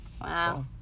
Wow